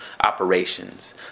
operations